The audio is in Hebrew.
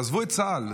תעזבו את צה"ל,